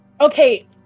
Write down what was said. Okay